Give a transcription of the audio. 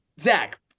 Zach